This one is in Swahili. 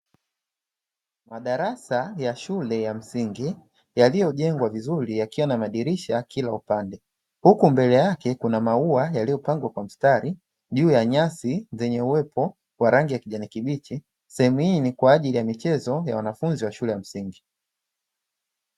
Madarasa ya shule ya msingi yaliyojengwa vizuri yakiwa na madirisha kila upande, huku mbele yake kuna maua yaliyopangwa kwa mstari juu ya nyasi zenye uwepo wa rangi ya kijani kibichi, sehemu hii ni kwa ajili ya michezo ya wanafunzi wa shule ya msingi.